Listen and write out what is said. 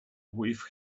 with